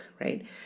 right